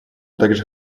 также